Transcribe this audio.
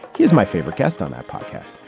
he's my favorite guest on that podcast.